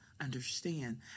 understand